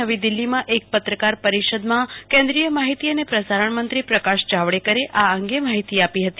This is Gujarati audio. નવી દિલ્હીમાં એક પત્રકાર પરિષદમાં કેન્દ્રીય માહિતી અને પ્રસારણ મંત્રી શ્રી પ્રકાશ જાવડેકરે આ અંગે માહિતી આપી હતી